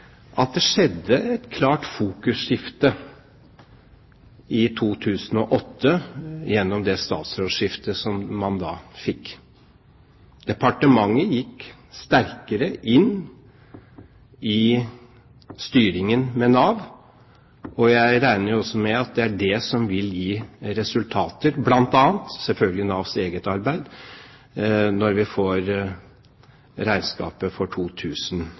at det skjedde et klart fokusskifte i 2008 gjennom det statsrådsskiftet man da fikk. Departementet gikk sterkere inn i styringen av Nav, og jeg regner også med at det bl.a. er det som vil gi resultater – selvfølgelig også Navs eget arbeid – når vi får regnskapet for